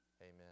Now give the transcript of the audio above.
Amen